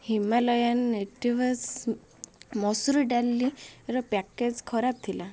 Himalayan natives ମସୁର ଡାଲି ର ପ୍ୟାକେଜ୍ ଖରାପ ଥିଲା